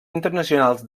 internacionals